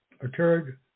occurred